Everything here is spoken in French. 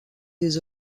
des